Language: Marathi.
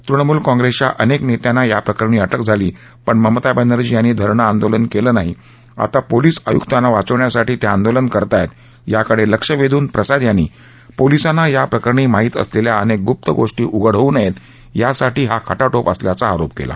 तृणमूल काँग्रेसच्या अनेक नेत्यांना या प्रकरणी अटक झाली पण ममता बॅनर्जी यांनी धरणं आंदोलन केलं नाही आता पोलीस आयुक्तांना वाचवण्यासाठी त्या आंदोलन करतायत याकडे लक्ष वेधून प्रसाद यांनी पोलिसांना या प्रकरणी माहित असलेल्या अनेक गुप्त गोष्टी उघड होऊ नयेत यासाठी हा खटाटोप असल्याचा आरोप केला